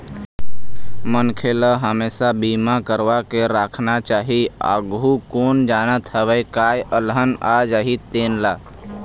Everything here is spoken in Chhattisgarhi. मनखे ल हमेसा बीमा करवा के राखना चाही, आघु कोन जानत हवय काय अलहन आ जाही तेन ला